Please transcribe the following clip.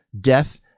death